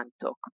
talk